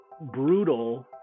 brutal